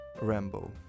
Rambo